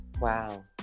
Wow